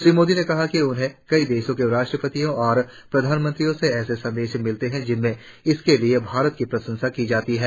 श्री मोदी ने कहा कि उन्हें कई देशों के राष्ट्रपतियों और प्रधानमंत्रियों से ऐसे संदेश मिलते हैं जिनमें इसके लिए भारत की प्रशंसा की जाती है